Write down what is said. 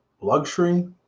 Luxury